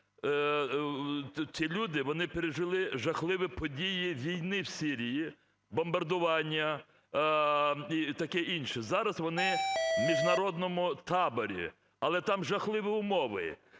Ці люди, вони пережили жахливі події війни в Сирії, бомбардування і таке інше. Зараз вони у міжнародному таборі, але там жахливі умови.